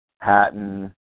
Hatton